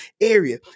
area